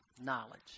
knowledge